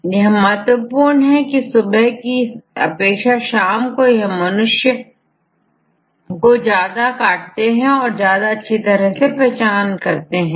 और यह महत्वपूर्ण है की सुबह की अपेक्षा शाम को यह मच्छर मनुष्य को ज्यादा अच्छी तरह से पहचान पाते हैं